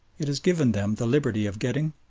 it has given them the liberty of getting,